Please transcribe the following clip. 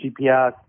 GPS